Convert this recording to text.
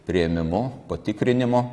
priėmimu patikrinimu